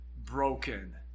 broken